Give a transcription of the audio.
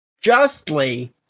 justly